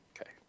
Okay